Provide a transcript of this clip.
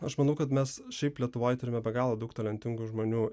aš manau kad mes šiaip lietuvoj turime be galo daug talentingų žmonių